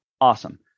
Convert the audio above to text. Awesome